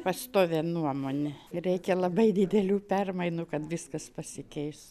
pastovią nuomonę reikia labai didelių permainų kad viskas pasikeis